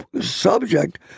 subject